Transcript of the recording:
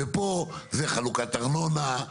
ופה זה חלוקת ארנונה,